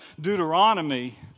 Deuteronomy